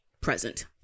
present